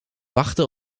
wachten